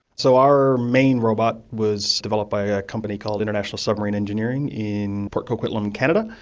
so our main robot was developed by a company called international submarine engineering in port coquitlam in canada.